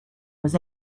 was